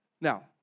Now